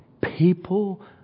people